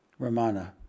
Ramana